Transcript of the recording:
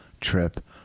trip